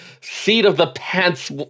seat-of-the-pants